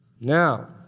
Now